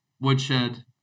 Woodshed